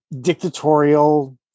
dictatorial